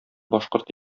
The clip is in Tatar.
башкорт